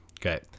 Okay